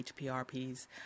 HPRPs